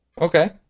Okay